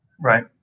right